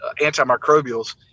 antimicrobials